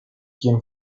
quien